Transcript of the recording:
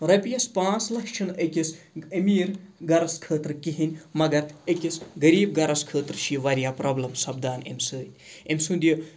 رۄپیَس پانٛژھ لَچھ چھِنہٕ أکِس أمیٖر گَرَس خٲطرٕ کِہیٖنۍ مگر أکِس غریٖب گَرَس خٲطرٕ چھِ یہِ واریاہ پرٛابلِم سَپدان اَمہِ سۭتۍ أمۍ سُنٛد یہِ